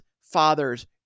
fathers